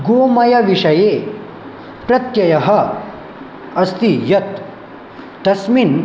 गोमयविषये प्रत्ययः अस्ति यत् तस्मिन्